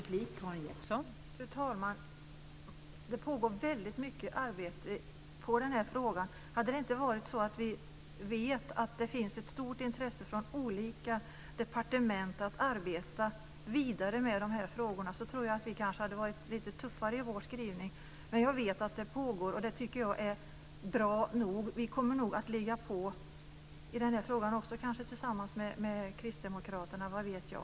Fru talman! Det pågår väldigt mycket arbete i den här frågan. Hade det inte varit så att vi vetat att det finns ett stort intresse från olika departement för att arbeta vidare med dessa frågor tror jag att vi kanske hade varit lite tuffare i vår skrivning. Men jag vet att det pågår, och det tycker jag är bra nog. Vi kommer nog att ligga på i den här frågan också, kanske tillsammans med kristdemokraterna, vad vet jag?